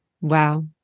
Wow